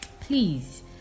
please